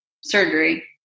surgery